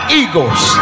eagles